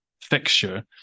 fixture